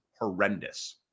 horrendous